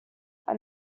are